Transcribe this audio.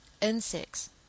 insects